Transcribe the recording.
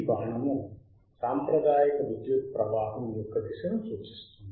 ఈ బాణము సాంప్రదాయిక విద్యుత్ ప్రవాహం యొక్క దిశను సూచిస్తుంది